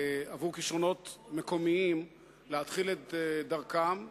עבור כשרונות מקומיים להתחיל את דרכם,